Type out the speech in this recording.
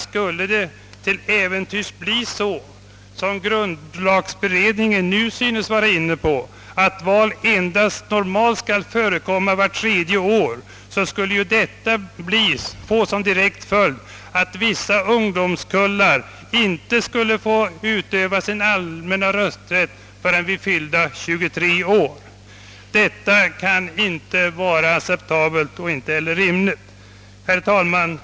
Skulle det till äventyrs bli så som grundlagsberedningen nu synes tänka sig, att val normalt skall förekomma endast vart tredje år, skulle detta få som direkt följd att vissa ungdomskullar inte skulle få utöva sin allmänna rösträtt förrän vid fyllda 23 år, och det kan inte vara acceptabelt eller rimligt. Herr talman!